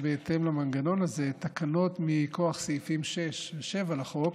בהתאם למנגנון הזה, תקנות מכוח סעיפים 6 ו-7 לחוק,